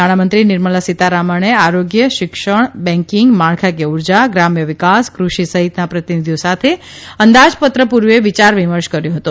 નાણામંત્રી નિર્મલા સીતારમણે આરોગ્ય શિક્ષણ બેંકીંગ માળખાકીય ઉર્જા ગ્રામ્યવિકાસ કૃષિ સહિતના પ્રતિનિધિઓ સાથે અંદાજપત્ર પૂર્વે વિયારવિમર્શ કર્યો હતો